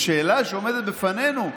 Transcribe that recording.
השאלה שעומדת בפנינו: